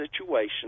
situation